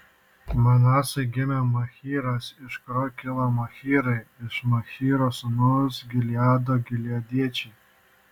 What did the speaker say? manasui gimė machyras iš kurio kilo machyrai iš machyro sūnaus gileado gileadiečiai